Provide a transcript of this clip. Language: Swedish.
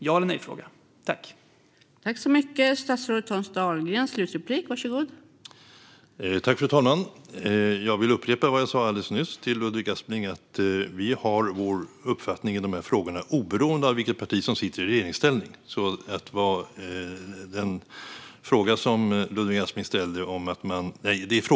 Det är en fråga om ja eller nej.